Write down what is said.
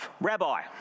Rabbi